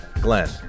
Glenn